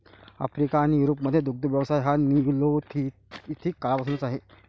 Africa आणि युरोपमधील दुग्ध व्यवसाय हा निओलिथिक काळापासूनचा आहे